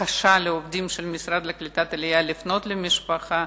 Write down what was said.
ביקשתי מהעובדים של המשרד לקליטת עלייה לפנות למשפחה,